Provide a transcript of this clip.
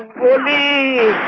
for me?